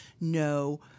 no